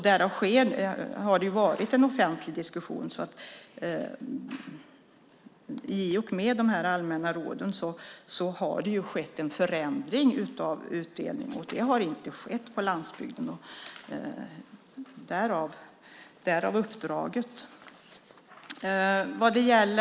Det har varit en offentlig diskussion. I och med de allmänna råden har det skett en förändring av utdelningen, därav uppdraget. Den förändringen har inte skett på landsbygden.